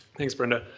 thanks brenda.